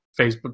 Facebook